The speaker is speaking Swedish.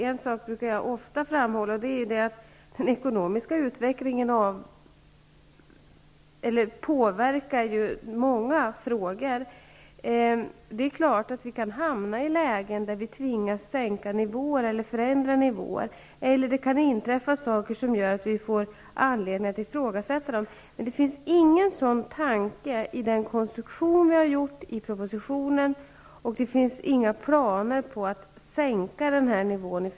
En sak brukar jag ofta framhålla, nämligen att den ekonomiska utvecklingen påverkar många olika frågor. Självfallet kan vi hamna i lägen där vi tvingas förändra nivåer, eller att det inträffar saker som gör att bestämda nivåer ifrågasätts. I den konstruktion som är gjord i propositionen finns det emellertid inte från regeringens sida några planer på att sänka den här nivån.